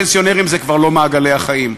פנסיונרים זה כבר לא מעגלי החיים.